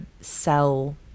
sell